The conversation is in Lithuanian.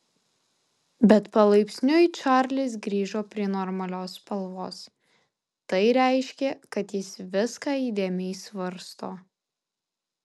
bet palaipsniui čarlis grįžo prie normalios spalvos tai reiškė kad jis viską įdėmiai svarsto